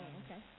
okay